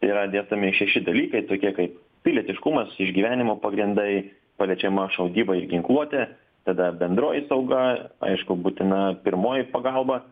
tai yra dėstomi šeši dalykai tokie kaip pilietiškumas išgyvenimo pagrindai paliečiama šaudyba ir ginkluotė tada bendroji sauga aišku būtina pirmoji pagalba